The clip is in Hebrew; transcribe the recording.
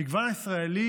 המגוון הישראלי